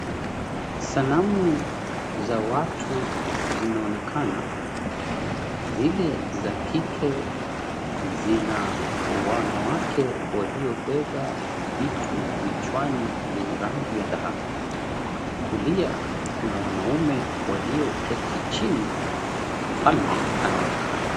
Sanamu za watu zinaonekana. Zile za kike zina wanawake waliobeba vitu vichwani, vyenye rangi ya dhahabu. Kulia kuna wanaume walioketi chini. Mfalme anaonekana.